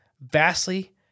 vastly